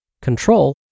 control